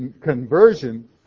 conversion